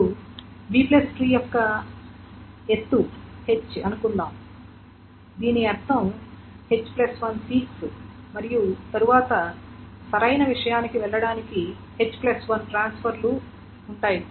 ఇప్పుడు B tree యొక్క ఎత్తు h అనుకుందాం కాబట్టి దీని అర్థం h1 సీక్స్ మరియు తరువాత సరైన విషయానికి వెళ్లడానికి h1 ట్రాన్స్ఫర్ లు ఉంటాయి